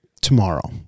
tomorrow